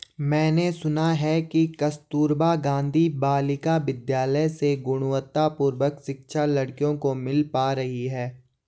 मैंने सुना है कि कस्तूरबा गांधी बालिका विद्यालय से गुणवत्तापूर्ण शिक्षा लड़कियों को मिल पा रही है